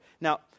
Now